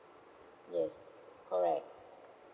yes correct